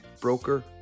broker